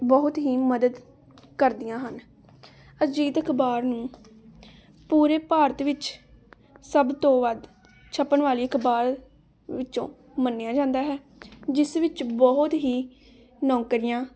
ਬਹੁਤ ਹੀ ਮਦਦ ਕਰਦੀਆਂ ਹਨ ਅਜੀਤ ਅਖ਼ਬਾਰ ਨੂੰ ਪੂਰੇ ਭਾਰਤ ਵਿੱਚ ਸੱਭ ਤੋਂ ਵੱਧ ਛਪਣ ਵਾਲੀ ਅਖ਼ਬਾਰ ਵਿੱਚੋਂ ਮੰਨਿਆ ਜਾਂਦਾ ਹੈ ਜਿਸ ਵਿੱਚ ਬਹੁਤ ਹੀ ਨੌਕਰੀਆਂ